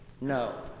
No